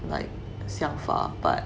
like 想法 but